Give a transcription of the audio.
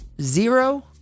zero